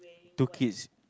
two kids